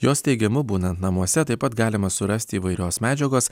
jos teigimu būnant namuose taip pat galima surasti įvairios medžiagos